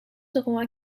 seront